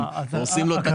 אתם הורסים לו את הפרויקט.